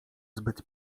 zbyt